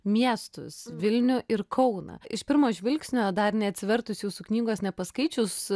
miestus vilnių ir kauną iš pirmo žvilgsnio dar neatsivertus jūsų knygos nepaskaičius